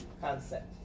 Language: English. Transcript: concept